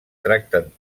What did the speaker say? tracten